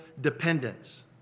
dependence